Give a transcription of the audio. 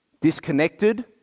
disconnected